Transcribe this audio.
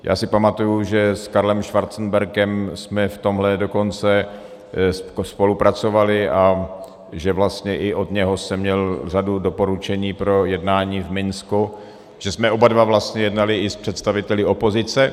Já si pamatuji, že s Karlem Schwarzenbergem jsme v tomhle dokonce spolupracovali a že vlastně i od něho jsem měl řadu doporučení pro jednání v Minsku, že jsme oba dva vlastně jednali i s představiteli opozice.